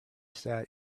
sat